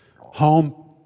home